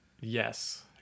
Yes